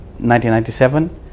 1997